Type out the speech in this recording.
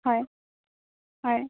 হয় হয়